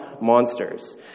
monsters